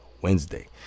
Wednesday